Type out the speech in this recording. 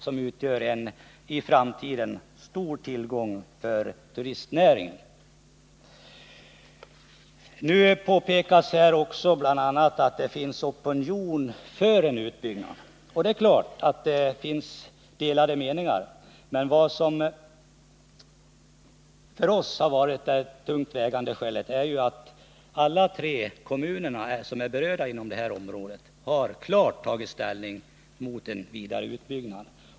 Den kommer att utgöra en stor tillgång för turistnäringen i framtiden. Nu påpekas också att det finns opinion för en utbyggnad, och det är klart att det finns delade meningar. Men för oss har ett tungt vägande skäl varit att alla tre kommuner som är berörda inom detta område klart har tagit ställning mot en vidare utbyggnad.